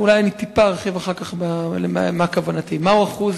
ואולי ארחיב מעט אחר כך למה כוונתי: מהו אחוז